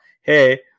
hey